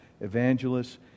evangelists